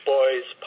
Boys